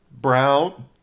brown